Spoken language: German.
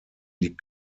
liegt